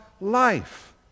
life